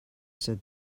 said